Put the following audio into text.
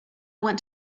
want